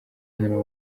hano